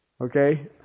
Okay